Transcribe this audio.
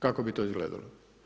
Kako bi to izgledalo?